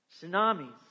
tsunamis